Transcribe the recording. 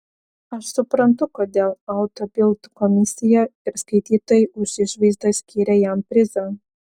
aš suprantu kodėl auto bild komisija ir skaitytojai už išvaizdą skyrė jam prizą